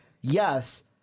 yes